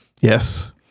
Yes